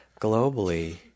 Globally